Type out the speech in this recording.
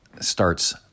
starts